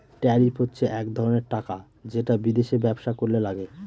tariff হচ্ছে এক ধরনের টাকা যেটা বিদেশে ব্যবসা করলে লাগে